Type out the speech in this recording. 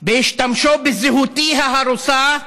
בהשתמשו בזהותי ההרוסה.